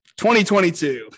2022